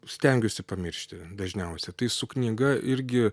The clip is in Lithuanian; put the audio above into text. stengiuosi pamiršti dažniausia tai su knyga irgi